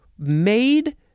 Made